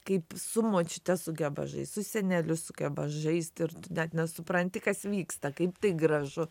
kaip su močiute sugeba žaist su seneliu sugeba žaist ir dar nesupranti kas vyksta kaip tai gražu